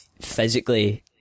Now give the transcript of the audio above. physically